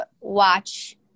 watch